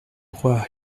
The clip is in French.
roi